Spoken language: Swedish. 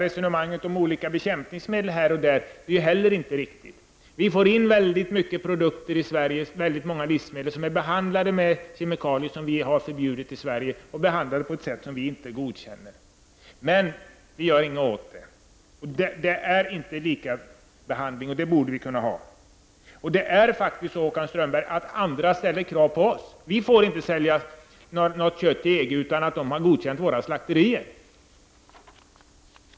Resonemanget om olika bekämpningsmedel här och där är inte heller riktigt. Det kommer in många produkter och livsmedel i Sverige som är behandlade med kemikalier som vi har förbjudit här och som är behandlade på ett sätt som vi inte godkänner, men det görs ingenting åt det. Det är inte lika behandling, som det borde vara. Andra länder ställer ju krav på oss, Håkan Strömberg. Vi får inte sälja kött till EG-länderna utan att de har godkänt våra slakterier.